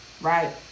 Right